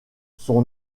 son